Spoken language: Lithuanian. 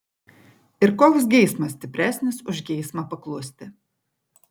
ir koks geismas stipresnis už geismą paklusti